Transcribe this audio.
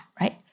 right